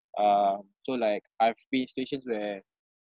uh so like I've been in situations where